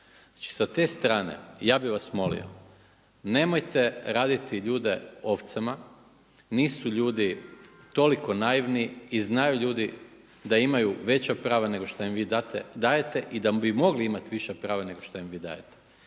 sa te strane ja bih vas molio nemojte raditi ljude ovcama, nisu ljudi toliko naivni i znaju ljudi da imaju veća prava nego šta im vi dajete i da bi mogli imati viša prava nego što im vi dajete.